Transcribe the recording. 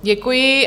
Děkuji.